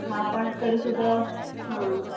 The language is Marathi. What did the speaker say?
हा पण तरी सुद्धा हां